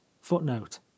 footnote